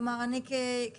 כלומר אני כיבואן?